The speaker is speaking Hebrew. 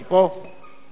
אני יכול לדבר עוד פעם?